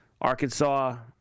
Arkansas